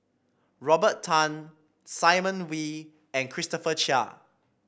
Robert Tan Simon Wee and Christopher Chia